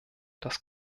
dass